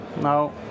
Now